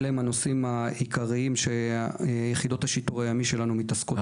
אלה הנושאים העיקריים שיחידות השיטור הימי שלנו עוסקות בהם.